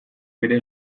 bere